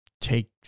take